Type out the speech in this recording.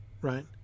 right